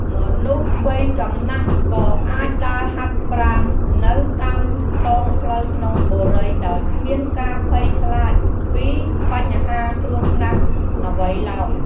មនុស្សវ័យចំណាស់ក៏អាចដើរហាត់ប្រាណនៅតាមដងផ្លូវក្នុងបុរីដោយគ្មានការភ័យខ្លាចពីបញ្ហាគ្រោះថ្នាក់អ្វីឡើយ។